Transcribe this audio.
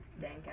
dank